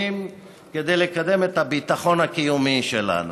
כדי לקדם את הביטחון הקיומי שלנו,